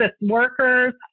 workers